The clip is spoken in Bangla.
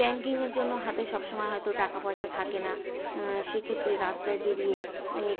ব্যাংকিংয়ের জন্য হাতে সব সময় হয়তো টাকা পয়সা থাকে না সেক্ষেত্রে রাস্তায় বেরিয়ে